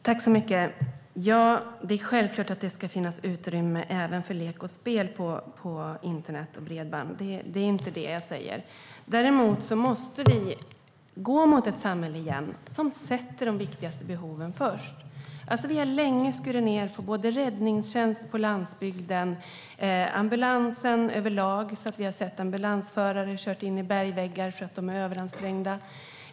Fru talman! Det ska självklart finnas utrymme även för lek och spel på internet och via bredband - det är inte det jag talar om. Däremot måste vi gå mot ett samhälle igen som sätter de viktigaste behoven först. Det har länge skurits ned på räddningstjänst på landsbygden liksom på ambulansen överlag. Vi har till exempel hört om ambulansförare som kört in i bergväggar för att de varit överansträngda.